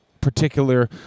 Particular